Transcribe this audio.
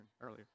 earlier